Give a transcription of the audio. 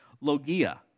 logia